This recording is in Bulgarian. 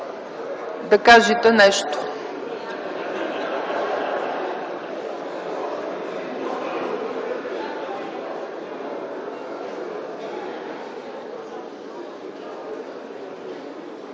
да кажете нещо.